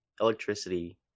electricity